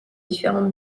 différents